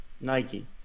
Nike